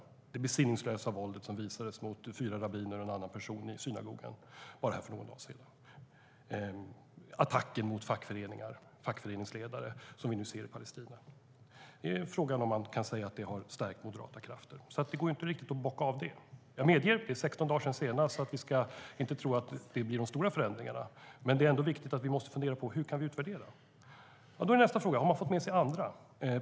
Det visar det besinningslösa våld som riktades mot fyra rabbiner och en annan person i en synagoga för någon dag sedan och attackerna mot fackföreningsledare i Palestina. Frågan är om man kan säga att moderata krafter har stärkts - så det går ju inte att bocka av. Nästa fråga är: Har man fått med sig andra?